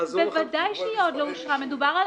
1,